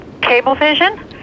Cablevision